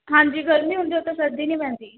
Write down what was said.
ਹਾਂਜੀ ਗਰਮੀ ਹੁੰਦੀ ਉੱਥੇ ਸਰਦੀ ਨਹੀਂ ਪੈਂਦੀ